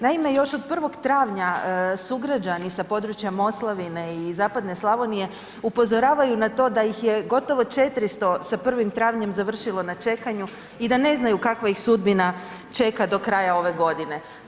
Naime, još od 1. travnja sugrađani sa područja Moslavine i zapadne Slavonije upozoravaju na to da ih je gotovo 400 sa 1. travnjem završilo na čekanju i da ne znaju kakva ih sudbina čeka do kraja ove godine.